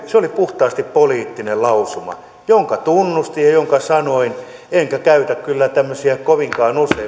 se oli puhtaasti poliittinen lausuma minkä tunnustin ja minkä sanoin enkä käytä kyllä tämmöisiä kovinkaan usein mutta